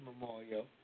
Memorial